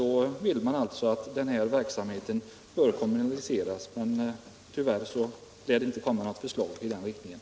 Det händer inte så mycket. Därför vill man att verksamheten skall kommunaliseras. Men tyvärr lär det inte komma några förslag i den riktningen.